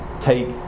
take